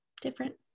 different